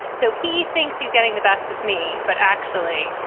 so he thinks he's getting the best of me. but actually,